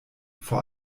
vor